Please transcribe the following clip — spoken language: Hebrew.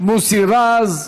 מוסי רז.